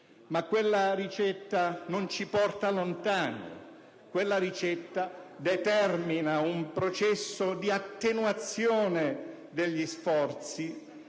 Quella ricetta non ci porta lontano e determina un processo di attenuazione degli sforzi,